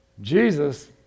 Jesus